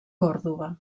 còrdova